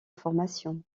formation